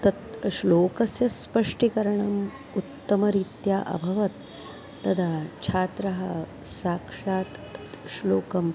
तत् श्लोकस्य स्पष्टीकरणम् उत्तमरीत्या अभवत् तदा छात्रः साक्षात् तत् श्लोकम्